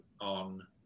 on